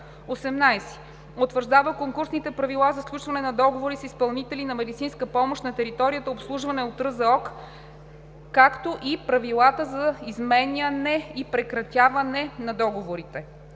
18. Утвърждава конкурсните правила за сключване на договори с изпълнители на медицинска помощ на територията, обслужвана от РЗОК, както и правилата за изменяне и прекратяване на договорите.“